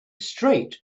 straight